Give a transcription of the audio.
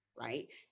right